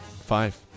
Five